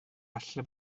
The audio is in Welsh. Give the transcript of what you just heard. ella